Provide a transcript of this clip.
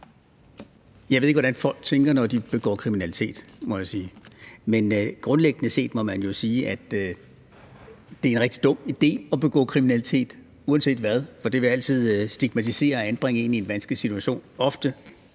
Jeg ved ikke, hvordan folk tænker, når de begår kriminalitet, må jeg sige, men grundlæggende må man sige, at det er en rigtig dum idé at begå kriminalitet uanset hvad, for det vil altid stigmatisere og anbringe en i en vanskelig situation, ofte